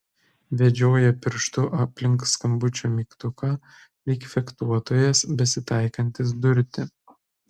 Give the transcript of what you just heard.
vedžioja pirštu aplink skambučio mygtuką lyg fechtuotojas besitaikantis durti